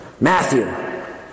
Matthew